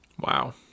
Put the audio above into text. Wow